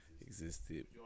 Existed